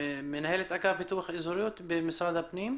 מנהלת אגף פיתוח אזוריות במשרד הפנים.